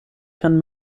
kann